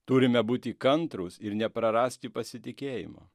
turime būti kantrūs ir neprarasti pasitikėjimo